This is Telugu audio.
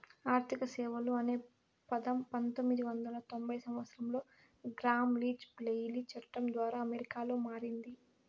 ఆర్థిక సేవలు అనే పదం పంతొమ్మిది వందల తొంభై సంవచ్చరంలో గ్రామ్ లీచ్ బ్లెయిలీ చట్టం ద్వారా అమెరికాలో మారింది